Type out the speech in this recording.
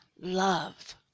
love